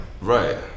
Right